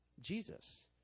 Jesus